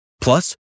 Plus